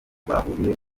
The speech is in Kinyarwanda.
bahuriye